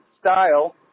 style